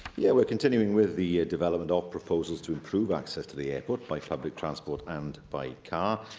yeah we are continuing with the development of proposals to improve access to the airport by public transport and by car,